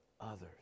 others